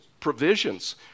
Provisions